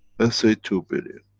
say two billion.